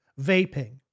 Vaping